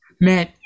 Man